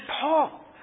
Paul